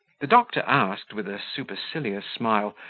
the doctor asked, with a supercilious smile,